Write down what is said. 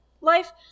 life